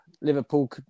Liverpool